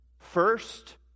First